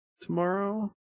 tomorrow